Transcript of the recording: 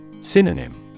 Synonym